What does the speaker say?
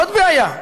עוד בעיה,